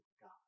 God